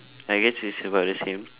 I guess it's about the same